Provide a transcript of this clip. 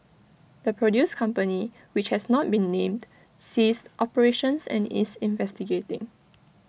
the produce company which has not been named ceased operations and is investigating